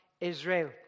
Israel